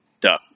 duh